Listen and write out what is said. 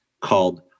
called